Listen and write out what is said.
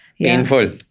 Painful